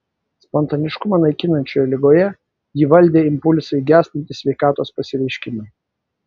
spontaniškumą naikinančioje ligoje jį valdė impulsai gęstantys sveikatos pasireiškimai